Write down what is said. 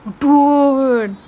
dude